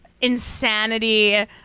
insanity